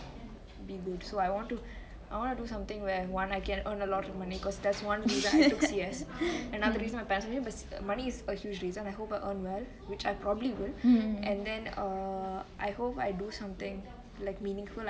be good so I want to do something one where I earn a lot of money cause that's one reason why I took C_S another reason is my parents but money is a huge reason I hope I earn well which I probably will and I hope I do something like meaningful